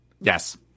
Yes